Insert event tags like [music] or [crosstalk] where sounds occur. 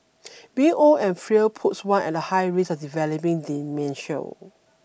[noise] being old and frail puts one at a high risk of developing dementia